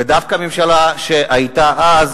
ודווקא הממשלה שהיתה אז,